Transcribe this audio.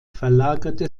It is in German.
verlagerte